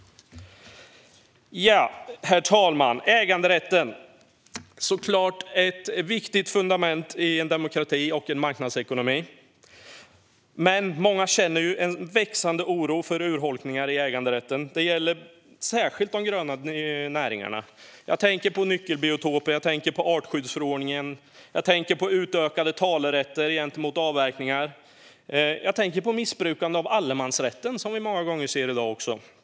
Herr talman! Äganderätten är ett viktigt fundament i en demokrati och en marknadsekonomi. Men många känner en växande oro för urholkning av äganderätten. Det gäller särskilt de gröna näringarna. Jag tänker på nyckelbiotoper, artskyddsförordningen, utökade talerätter när det gäller avverkningar och missbruk av allemansrätten, som vi ofta ser i dag.